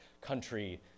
country